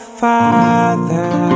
father